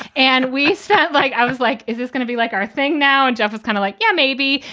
and we said, like, i was like, is this gonna be like our thing now? and jeff is kind of like, yeah, maybe.